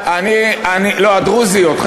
גם הדרוזים, לא, הדרוזיות.